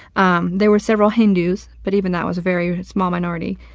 um there were several hindus, but even that was a very small minority,